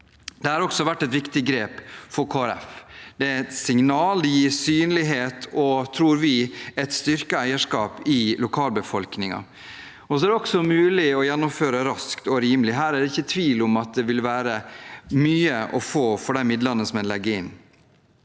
har dette vært et viktig grep. Det er et signal, det gir synlighet og – tror vi – et styrket eierskap i lokalbefolkningen, og det er mulig å gjennomføre raskt og rimelig. Her er det ikke tvil om at det vil være mye å få for de midlene man legger inn.